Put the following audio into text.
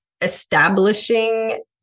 establishing